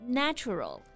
natural